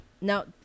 now